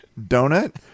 donut